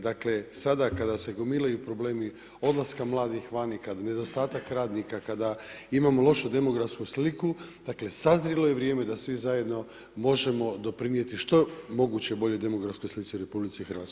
Dakle sada kad se gomilaju problemi odlaska mladih vani, kad nedostatak radnika, kada imamo lošu demografsku sliku, dakle sazrilo je vrijeme da svi zajedno možemo doprinijeti što je moguće boljoj demografskoj slici u RH.